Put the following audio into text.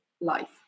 life